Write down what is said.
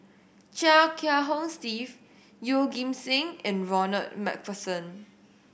Chia Kiah Hong Steve Yeoh Ghim Seng and Ronald Macpherson